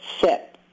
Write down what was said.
set